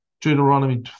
Deuteronomy